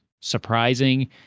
surprising